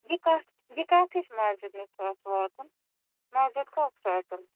یہِ کتھ یہِ کتھ ہِشہٕ مسجِد نِش چھُ اَسہِ واتُن مسجِد کۅس چھِ اتٮ۪ن